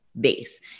base